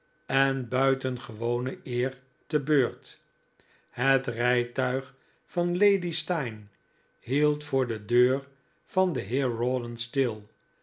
en buitengewone eer te beurt het rijtuig van lady steyne hield voor de deur van den heer rawdon stil